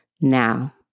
Now